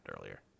earlier